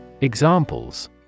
Examples